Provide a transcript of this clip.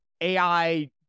AI